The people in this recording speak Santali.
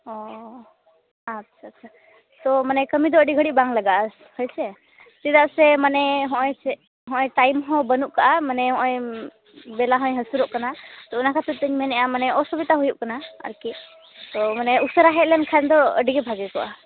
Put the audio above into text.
ᱚ ᱟᱪᱷᱟ ᱪᱷᱟ ᱛᱚ ᱢᱟᱱᱮ ᱠᱟᱹᱢᱤ ᱫᱚ ᱟᱹᱰᱤ ᱜᱷᱟᱹᱲᱤᱡ ᱵᱟᱝ ᱞᱟᱜᱟᱜᱼᱟ ᱦᱳᱭᱥᱮ ᱪᱮᱫᱟᱜ ᱥᱮ ᱢᱟᱱᱮ ᱦᱚᱸᱜᱚᱭ ᱥᱮ ᱦᱚᱸᱜ ᱚᱭ ᱴᱟᱭᱤᱢ ᱦᱚᱸ ᱵᱟᱹᱱᱩᱜ ᱟᱠᱟᱫᱼᱟ ᱢᱟᱱᱮ ᱦᱚᱜ ᱚᱭ ᱵᱮᱞᱟ ᱦᱚᱭ ᱦᱟᱹᱥᱩᱨᱴᱚᱜ ᱠᱟᱱᱟ ᱚᱱᱟ ᱠᱷᱟᱹᱛᱤᱨ ᱛᱤᱧ ᱢᱮᱱᱮᱫᱼᱟ ᱢᱟᱱᱮ ᱚᱥᱩᱵᱤᱫᱷᱟ ᱦᱩᱭᱩᱜ ᱠᱟᱱᱟ ᱟᱨᱠᱤ ᱛᱚ ᱢᱟᱱᱮ ᱩᱥᱟᱹᱨᱟ ᱦᱮᱡ ᱞᱮᱱᱠᱷᱟᱱ ᱫᱚ ᱟᱹᱰᱤ ᱜᱮ ᱵᱷᱟᱹᱜᱮ ᱠᱚᱜᱼᱟ